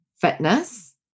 Fitness